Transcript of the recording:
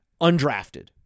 undrafted